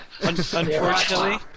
Unfortunately